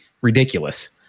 ridiculous